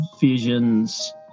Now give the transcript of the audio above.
visions